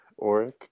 Oric